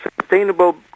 sustainable